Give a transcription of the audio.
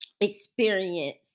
experience